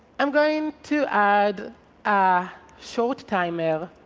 i'm going to add a short timer,